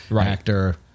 actor